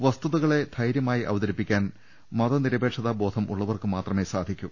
വസ്തുതകളെ ധൈര്യ മായി അവതരിപ്പിക്കാൻ മതനിരപേക്ഷതാ ബോധം ഉള്ളവർക്കു മാത്രമേ സാധിക്കൂ